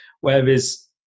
Whereas